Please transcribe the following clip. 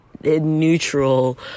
neutral